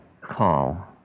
call